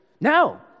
No